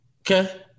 Okay